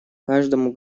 каждому